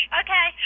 okay